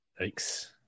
Yikes